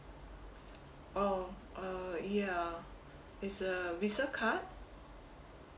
oh uh ya it's a visa card